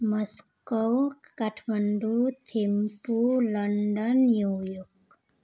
Moscow Kathmandu Thimphu London New York